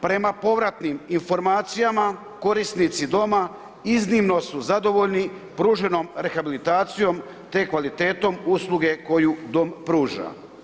Prema povratnim informacijama, korisnici doma iznimno su zadovoljni pruženom rehabilitacijom, te kvalitetom usluge koju dom pruža.